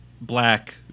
black